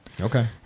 okay